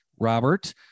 Robert